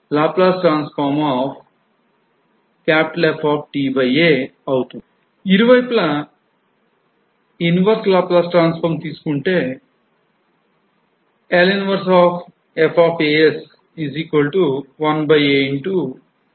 వాటిలో ఎలాంటి మార్పు ఉండదు